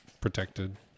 protected